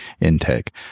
intake